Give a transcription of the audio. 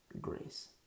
Grace